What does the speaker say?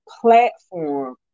platform